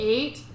Eight